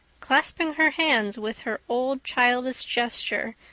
clasping her hands with her old childish gesture,